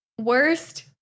worst